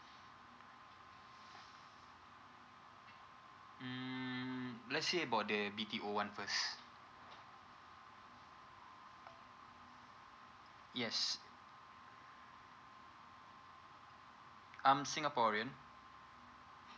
um let's say for the B_T_O one first yes um singaporean